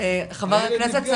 חבר הכנסת סלאלחה,